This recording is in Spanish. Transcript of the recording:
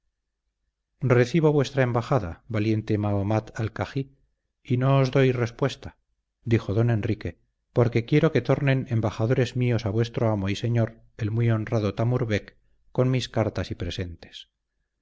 recibo vuestra embajada valiente mahomat alcagí y no os doy respuesta dijo don enrique porque quiero que tornen embajadores míos a vuestro amo y señor el muy honrado tamurbec con mis cartas y presentes